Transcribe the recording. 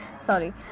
Sorry